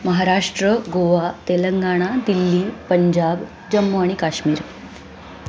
महाराष्ट्र गोवा तेलंगण दिल्ली पंजाब जम्मू आणि काश्मीर